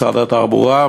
משרד התחבורה,